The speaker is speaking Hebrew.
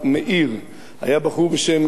היה בחור בשם גיא מרוז.